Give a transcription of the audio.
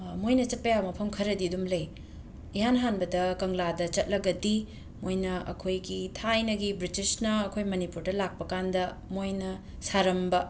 ꯃꯣꯏꯅ ꯆꯠꯄ ꯌꯥꯕ ꯃꯐꯝ ꯈꯔꯗꯤ ꯑꯗꯨꯝ ꯂꯩ ꯏꯍꯥꯟ ꯍꯥꯟꯕꯗ ꯀꯪꯂꯥꯗ ꯆꯠꯂꯒꯗꯤ ꯃꯣꯏꯅ ꯑꯩꯈꯣꯏꯒꯤ ꯊꯥꯏꯅꯒꯤ ꯕ꯭ꯔꯤꯇꯤꯁꯅ ꯑꯩꯈꯣꯏ ꯃꯅꯤꯄꯨꯔꯗ ꯂꯥꯛꯄꯀꯥꯟꯗ ꯃꯣꯏꯅ ꯁꯥꯔꯝꯕ